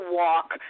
walk